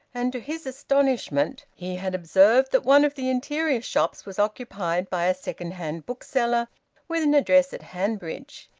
and, to his astonishment, he had observed that one of the interior shops was occupied by a second-hand bookseller with an address at hanbridge.